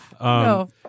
No